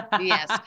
Yes